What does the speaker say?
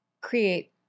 create